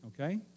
okay